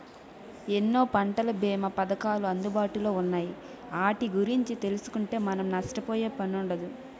ఎన్నో పంటల బీమా పధకాలు అందుబాటులో ఉన్నాయి ఆటి గురించి తెలుసుకుంటే మనం నష్టపోయే పనుండదు